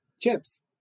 Chips